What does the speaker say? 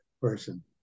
person